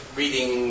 reading